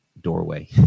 doorway